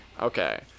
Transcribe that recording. Okay